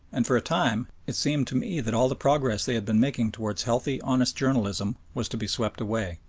and for a time it seemed to me that all the progress they had been making towards healthy, honest journalism, was to be swept away.